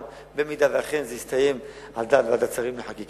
אם אכן זה יסתיים על דעת ועדת שרים לחקיקה,